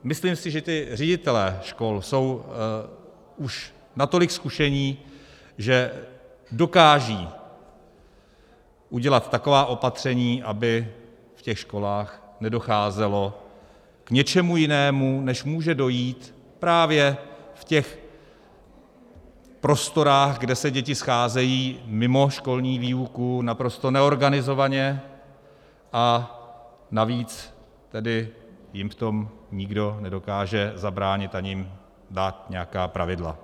Myslím si, že ředitelé škol jsou už natolik zkušení, že dokážou udělat taková opatření, aby ve školách nedocházelo k něčemu jinému než může dojít právě v těch prostorách, kde se děti scházejí mimo školní výuku, naprosto neorganizovaně, a navíc jim v tom nikdo nedokáže zabránit ani dát nějaká pravidla.